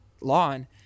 lawn